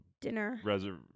dinner